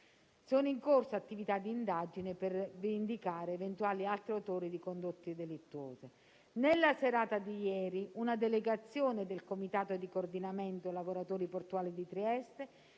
Sono in corso attività di indagine per identificare eventuali altri autori di condotte delittuose. Nella serata di ieri una delegazione del comitato di coordinamento lavoratori portuali di Trieste